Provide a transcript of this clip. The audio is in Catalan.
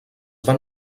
van